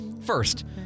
First